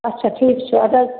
اَچھا ٹھیٖک چھُ اَدٕ حظ